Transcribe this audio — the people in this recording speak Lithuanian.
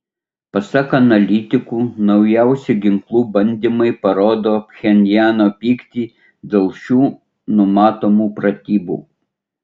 pasak analitikų naujausi ginklų bandymai parodo pchenjano pyktį dėl šių numatomų pratybų